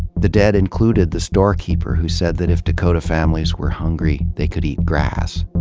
the dead included the storekeeper who said that if dakota families were hungry, they could eat grass.